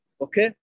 okay